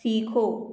सीखो